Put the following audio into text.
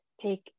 take